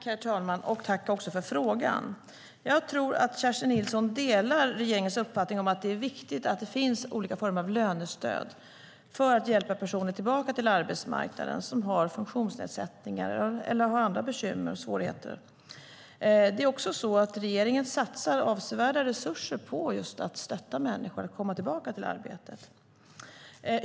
Herr talman! Tack för frågan! Jag tror att Kerstin Nilsson delar regeringens uppfattning att det är viktigt att det finns olika former av lönestöd för att hjälpa personer som har funktionsnedsättningar eller andra bekymmer och svårigheter tillbaka till arbetsmarknaden. Regeringen satsar avsevärda resurser på att just stötta människor att komma tillbaka till arbete.